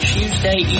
Tuesday